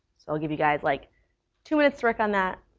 so i'll give you guys like two minutes to work on that.